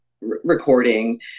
recording